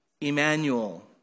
Emmanuel